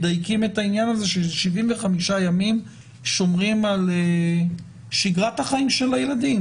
מדייקים את העניין הזה של 75 ימים ושומרים על שגרת החיים של הילדים,